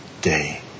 day